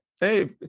Hey